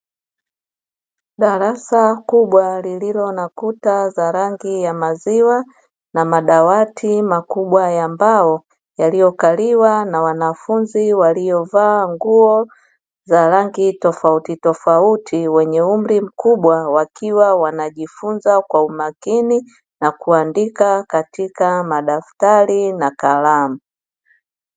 Darasa kubwa lililo na kuta za rangi ya maziwa, na madawati makubwa ya mbao, yaliyokaliwa na wanafunzi waliovaa nguo za rangi tofautitofauti, wenye umri mkubwa. Wakiwa wanajifunza kwa umakini na kuandika katika madaftari na kalamu.